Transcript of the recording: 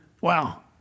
Wow